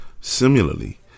Similarly